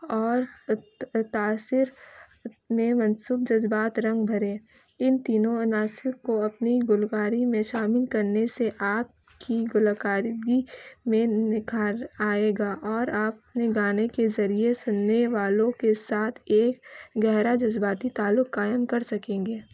اور تاثیر میں مناسب جذبات رنگ بھرے ان تینوں عناصر کو اپنی گلوکاری میں شامل کرنے سے آپ کی گلوکارگی میں نکھار آئے گا اور آپ اپنے گانے کے ذریعے سننے والوں کے ساتھ ایک گہرا جذباتی تعلق قائم کر سکیں گے